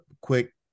quick